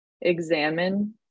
examine